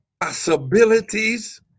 possibilities